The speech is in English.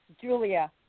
Julia